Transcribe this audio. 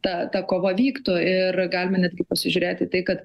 ta ta kova vyktų ir galime netgi pasižiūrėti į tai kad